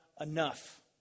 enough